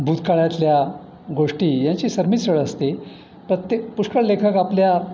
भूतकाळ्यातल्या गोष्टी यांची सरमिसळ असते प्रत्येक पुष्कळ लेखक आपल्या